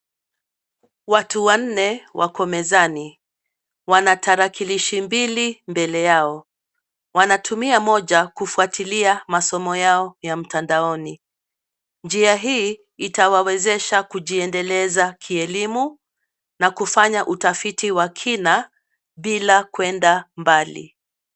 Watu wanne wako mezani, wana tarakilishi mbili mbele yao, wanatumia moja kufuatilia masomo yao ya mtandaoni. Njia hii itawawezesha kujiendeleza kielimu na kufanya utafiti wa kina bila kwenda mbali.